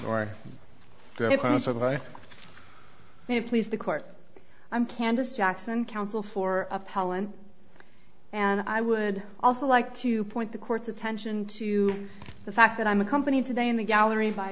have please the court i'm candace jackson counsel for appellant and i would also like to point the court's attention to the fact that i'm a company today in the gallery by